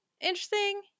interesting